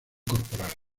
corporal